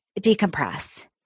decompress